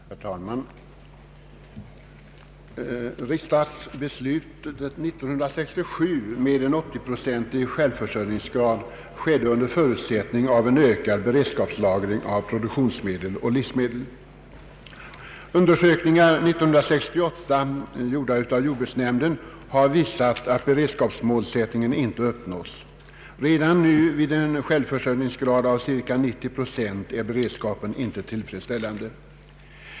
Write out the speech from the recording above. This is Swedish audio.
Herr talman! Riksdagsbeslutet 1967 om en 80-procentig självförsörjningsgrad skedde under förutsättning av en ökad beredskapslagring av produktionsmedel och livsmedel. Undersökningar 1968, gjorda av jordbruksnämnden, har visat att beredskapsmålsättningen inte uppnåtts. Redan nu vid en självförsörjningsgrad av cirka 90 procent är beredskapen inte tillfredsställande.